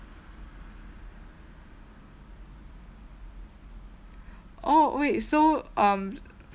oh wait so um